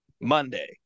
Monday